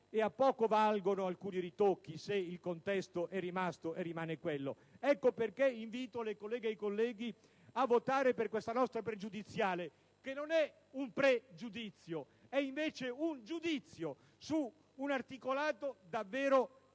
ed a poco valgono alcuni ritocchi se il contesto è rimasto e rimane quello. Ecco perché invito le colleghe e i colleghi a votare per questa nostra pregiudiziale, che non è un pre‑giudizio: è invece un giudizio su un articolato nel senso